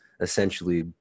essentially